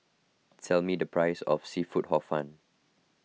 tell me the price of Seafood Hor Fun